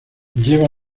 lleva